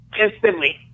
instantly